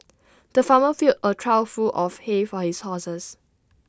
the farmer filled A trough full of hay for his horses